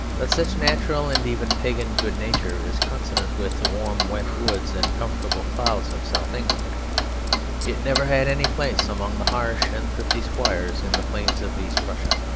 but such natural and even pagan good-nature is consonant with the warm wet woods and comfortable clouds of south england it never had any place among the harsh and thrifty squires in the plains of east prussia,